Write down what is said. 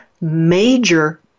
major